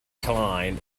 klein